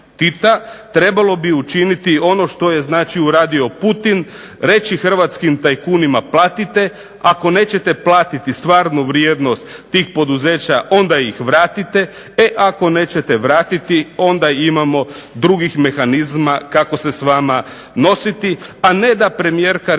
trebalo bi učiniti ono što je znači uradio Putin, reći hrvatskim tajkunima platite, ako nećete platiti stvarnu vrijednost tih poduzeća onda ih vratite, e ako nećete vratiti onda imamo drugih mehanizama kako se s vama nositi, a ne da premijerka recimo